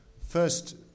First